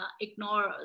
ignore